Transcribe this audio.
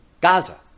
Gaza